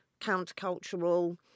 countercultural